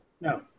No